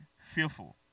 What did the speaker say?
fearful